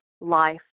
life